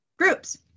groups